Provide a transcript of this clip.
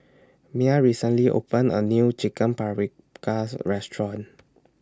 Mya recently opened A New Chicken Paprikas Restaurant